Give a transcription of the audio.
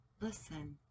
listen